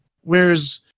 Whereas